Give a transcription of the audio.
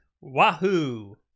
wahoo